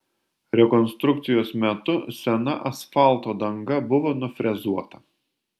rekonstrukcijos metu sena asfalto danga buvo nufrezuota